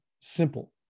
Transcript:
simple